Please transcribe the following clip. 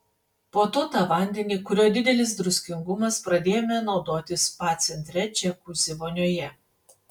po to tą vandenį kurio didelis druskingumas pradėjome naudoti spa centre džiakuzi vonioje